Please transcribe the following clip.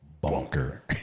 Bunker